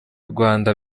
rwanda